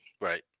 Right